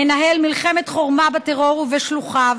ננהל מלחמת חורמה בטרור ובשלוחיו.